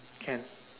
can